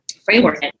framework